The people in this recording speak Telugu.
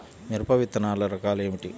మిరప విత్తనాల రకాలు ఏమిటి?